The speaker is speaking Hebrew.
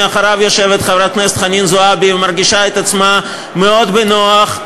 מאחוריו יושבת חברת הכנסת חנין זועבי ומרגישה את עצמה מאוד בנוח,